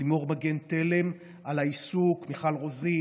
ללימור מגן תלם, על העיסוק, למיכל רוזין,